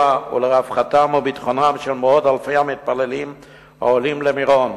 ולרווחתם ולביטחונם של מאות אלפי המתפללים העולים למירון.